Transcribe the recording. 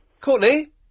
Courtney